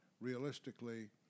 realistically